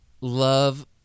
Love